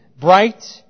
bright